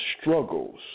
struggles